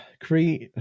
create